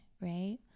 right